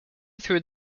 through